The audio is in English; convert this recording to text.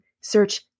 search